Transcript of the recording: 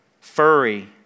furry